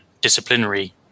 disciplinary